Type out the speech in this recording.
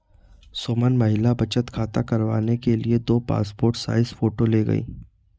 सुमन महिला बचत खाता करवाने के लिए दो पासपोर्ट साइज फोटो ले गई